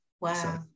Wow